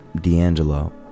d'angelo